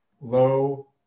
low